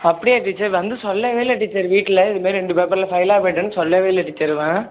அப்படியா டீச்சர் வந்து சொல்லவே இல்லை டீச்சர் வீட்டில் இது மாரி ரெண்டு பேப்பரில் ஃபெய்லாக போய்விட்டேன்னு சொல்லவே இல்லை டீச்சர் இவன்